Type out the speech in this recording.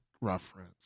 reference